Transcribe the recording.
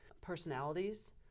personalities